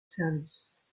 services